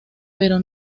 pero